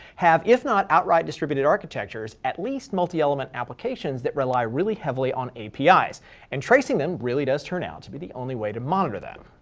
have if not outright distributed architectures, at least multi-element applications that rely really heavily on apis. and tracing them really does turn out to be the only way to monitor them.